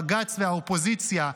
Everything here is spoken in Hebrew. בג"ץ והאופוזיציה,